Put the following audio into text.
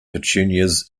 petunias